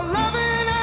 loving